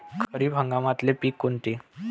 खरीप हंगामातले पिकं कोनते?